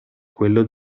quello